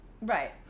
Right